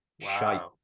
Wow